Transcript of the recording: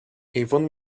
even